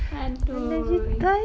adoi